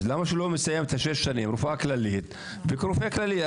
אז למה שלא יסיים רפואה כללית בשש שנים ויהיה רופא כללי?